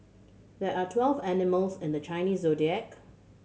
there are twelve animals in the Chinese Zodiac